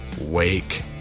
wake